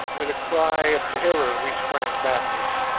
with a cry of terror we sprang backwards,